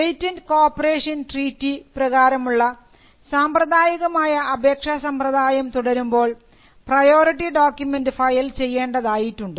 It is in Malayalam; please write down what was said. patent corporation treaty P C T പ്രകാരമുള്ള സാമ്പ്രദായികമായ അപേക്ഷ സമ്പ്രദായം തുടരുമ്പോൾ പ്രയോറിറ്റി ഡോക്യുമെൻറ് ഫയൽ ചെയ്യേണ്ടതായിട്ടുണ്ട്